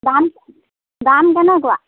দাম দাম কেনেকুৱা